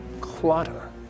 clutter